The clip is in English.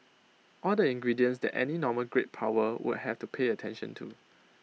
all the ingredients that any normal great power would have to pay attention to